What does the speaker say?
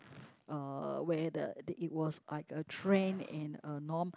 uh where the the it was like a trend and a norm